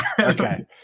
Okay